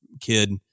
kid